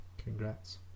Congrats